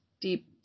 deep